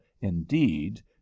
indeed